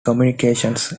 communications